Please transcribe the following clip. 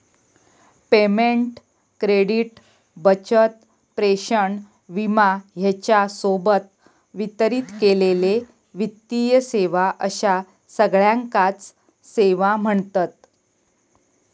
payment, credit, बचत, प्रेषण, विमा ह्येच्या सोबत वितरित केलेले वित्तीय सेवा अश्या सगळ्याकांच सेवा म्ह्णतत